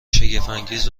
شگفتانگیز